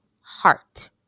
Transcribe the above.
heart